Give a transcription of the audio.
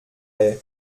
haye